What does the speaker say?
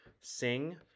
sing